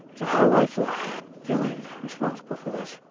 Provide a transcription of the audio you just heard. it's a hard life for feeling responsible for this.